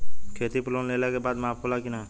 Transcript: खेती पर लोन लेला के बाद माफ़ होला की ना?